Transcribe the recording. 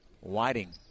Whiting